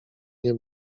nie